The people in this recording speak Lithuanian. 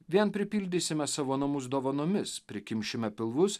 vien pripildysime savo namus dovanomis prikimšime pilvus